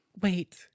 Wait